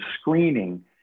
screening